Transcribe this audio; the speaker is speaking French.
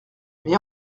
mais